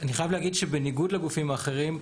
אני חייב להגיד שבניגוד לגופים האחרים,